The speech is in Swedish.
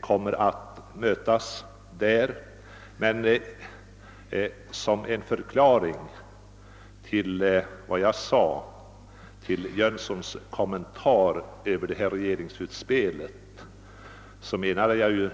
kommande valrörelsen. Som en förklaring till vad jag sade med anledning av herr Jönssons kommentar rörande regeringsutspelet vill jag säga några ord.